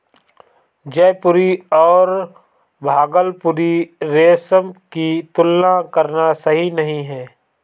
जयपुरी और भागलपुरी रेशम की तुलना करना सही नही है